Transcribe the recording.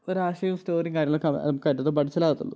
ഒരാശയവും സ്റ്റോറിയും കാര്യങ്ങളൊക്കെ കരുതുന്നതും മനസ്സിലാക്കുന്നതും